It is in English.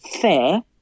fair